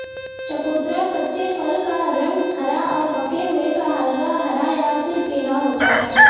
चकोतरा कच्चे फल का रंग हरा और पके हुए का हल्का हरा या फिर पीला होता है